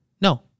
No